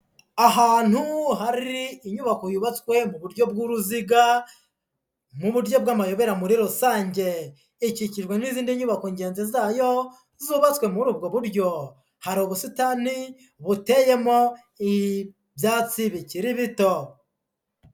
Ahantu hari inyubako yubatswe mu buryo bw'uruziga, mu buryo bw'amayobera muri rusange, ikikijwe n'izindi nyubako ngenzi zayo, zubatswe muri ubwo buryo, hari ubusitani buteyemo ibyatsi bikiri bito.